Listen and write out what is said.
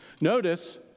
Notice